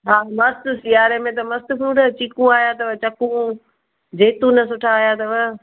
हा मस्तु सियारे में त मस्तु फ्रूट चीकू आहियां अथव चकूं जैतून सुठा आहियां अथव